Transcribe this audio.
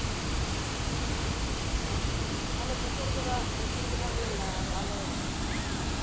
ও তাহলে কিছু তাহলে দুশোরগুলা দুশোরগুলা নিন না ভালোই হবে